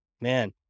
Man